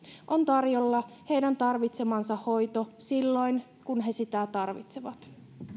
on tarjolla heidän tarvitsemansa hoito silloin kun he sitä tarvitsevat